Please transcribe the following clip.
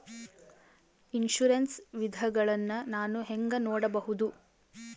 Insurance ವಿಧಗಳನ್ನ ನಾನು ಹೆಂಗ ನೋಡಬಹುದು?